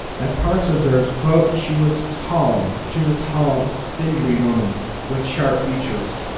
as parks observes, quote, she was tall. she was a tall, spindly woman with sharp features.